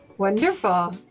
Wonderful